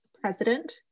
president